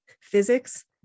physics